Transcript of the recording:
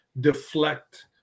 deflect